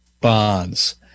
bonds